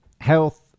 health